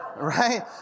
Right